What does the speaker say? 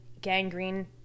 gangrene